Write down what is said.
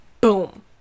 boom